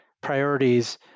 priorities